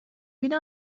بینه